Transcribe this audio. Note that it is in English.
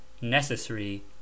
necessary